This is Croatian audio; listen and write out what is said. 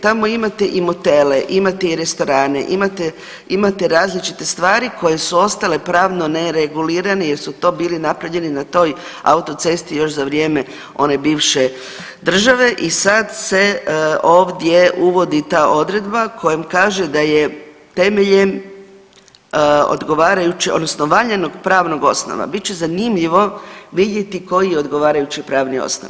Tamo imate i motele, imate i restorane, imate, imate različite stvari koje su ostale pravno neregulirane jer su to bili napravljeni na toj autocesti još za vrijeme one bivše države i sad se ovdje uvodi ta odredba kojom kaže da je temeljem odgovarajuće odnosno valjanog pravnog osnova, bit će zanimljivo vidjeti koji je odgovarajući pravni osnov.